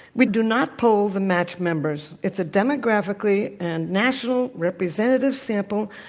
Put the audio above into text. we do not poll the match members. it's a demographically and national representative sample